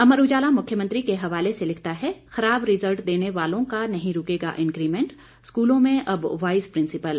अमर उजाला मुख्यमंत्री के हवाले से लिखता है खराब रिजल्ट देने वालों का नहीं रूकेगा इंकीमेंट स्कूलों में अब वाइस प्रिंसिपल